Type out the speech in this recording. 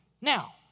Now